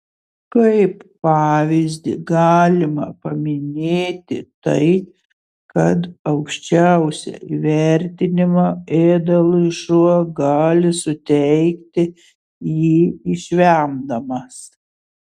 kaip pavyzdį galima paminėti tai kad aukščiausią įvertinimą ėdalui šuo gali suteikti jį išvemdamas